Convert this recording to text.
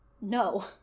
No